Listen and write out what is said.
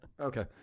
Okay